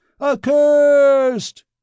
Accursed